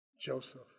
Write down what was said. Joseph